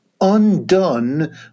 undone